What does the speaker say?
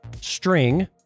String